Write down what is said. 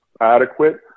adequate